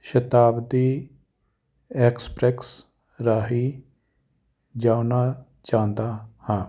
ਸ਼ਤਾਬਦੀ express ਰਾਹੀਂ ਜਾਣਾ ਚਾਹੁੰਦਾ ਹਾਂ